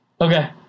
Okay